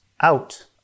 out